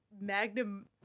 Magnum